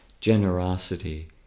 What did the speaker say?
generosity